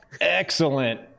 Excellent